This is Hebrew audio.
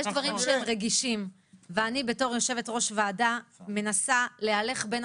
יש דברים שהם רגישים ואני בתור יושבת ראש ועדה מנסה להלך בין